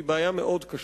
והיא בעיה מאוד קשה,